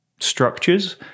structures